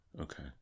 Okay